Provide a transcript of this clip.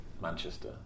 Manchester